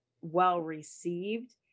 well-received